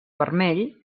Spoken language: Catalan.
vermell